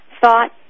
thought